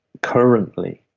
currently